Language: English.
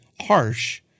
harsh